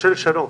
לשנות.